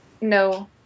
no